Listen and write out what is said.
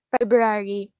February